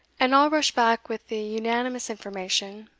and all rushed back with the unanimous information,